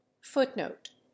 Footnote